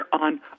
on